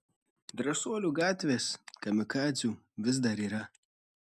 drąsuolių gatvės kamikadzių vis dar yra